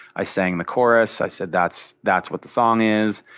i sang the chorus. i said that's that's what the song is.